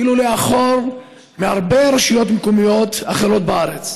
אפילו מאחורי הרבה רשויות מקומיות אחרות בארץ.